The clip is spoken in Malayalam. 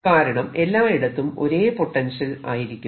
കാരണം എല്ലായിടത്തും ഒരേ പൊട്ടൻഷ്യൽ ആയിരിക്കും